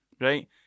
right